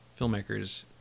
filmmakers